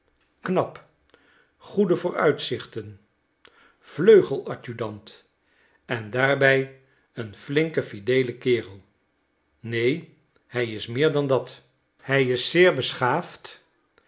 knap goede vooruitzichten vleugeladjudant en daarbij een flinke fideele kerel neen hij is meer dan dat hij is zeer beschaafd